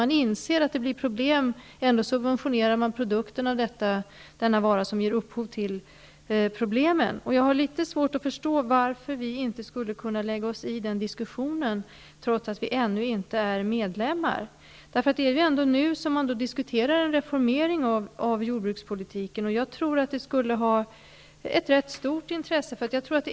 Man måste inse att det blir problem, men ändå subventionerar man produktionen av den vara som ger upphov till problemen. Jag har litet svårt att förstå varför vi inte skulle kunna lägga oss i den diskussionen, trots att vi ännu inte är medlemmar. Det är ju ändå nu som man diskuterar en reformering av jordbrukspolitiken. Jag tror att det skulle vara av rätt stort intresse.